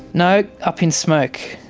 no, up in smoke.